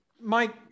Mike